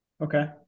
Okay